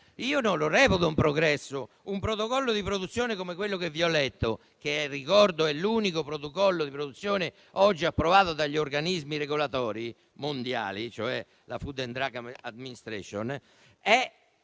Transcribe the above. Io non lo reputo un progresso: un protocollo di produzione come quello che vi ho letto, che - lo ricordo - è l'unico oggi approvato dagli organismi regolatori mondiali, cioè la Food and drug administration, non